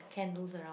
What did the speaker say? candles around